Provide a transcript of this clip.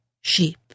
sheep